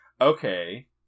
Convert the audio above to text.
Okay